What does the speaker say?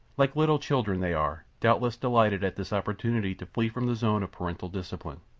like little children they are doubtless delighted at this opportunity to flee from the zone of parental discipline.